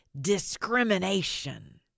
discrimination